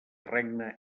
regna